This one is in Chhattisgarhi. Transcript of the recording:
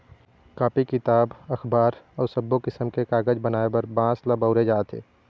कापी, किताब, अखबार अउ सब्बो किसम के कागज बनाए बर बांस ल बउरे जाथे